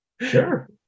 Sure